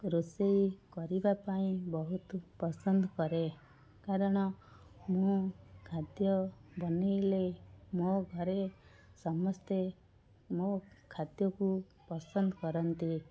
ରୋଷେଇ କରିବା ପାଇଁ ବହୁତ ପସନ୍ଦ କରେ କାରଣ ମୁଁ ଖାଦ୍ୟ ବନାଇଲେ ମୋ ଘରେ ସମସ୍ତେ ମୋ ଖାଦ୍ୟକୁ ପସନ୍ଦ କରନ୍ତି